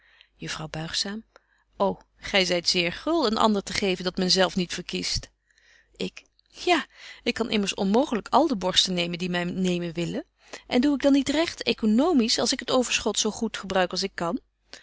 juffrouw buigzaam ô gy zyt zeer gul een ander te geven dat men zelf niet verkiest ik ja ik kan immers onmooglyk al de borsten nemen die my nemen willen en doe ik dan niet recht economisch als ik het overschot zo goed gebruik als ik kan